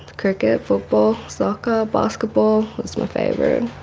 cricket, football, soccer, basketball was my favourite.